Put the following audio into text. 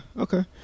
Okay